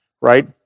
right